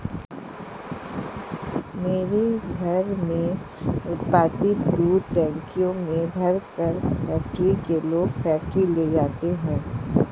मेरे घर में उत्पादित दूध टंकियों में भरकर फैक्ट्री के लोग फैक्ट्री ले जाते हैं